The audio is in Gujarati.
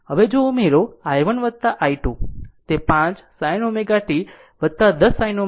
હવે જો ઉમેરો i1 i22 તે 5 sin ω t 10 sin ω t 60 o હશે